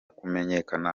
kumenyakana